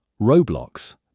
Roblox